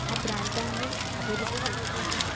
ఆ ప్రాంతాన్ని అభివృద్ధి చేస్తున్నారు